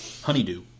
Honeydew